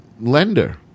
lender